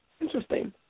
interesting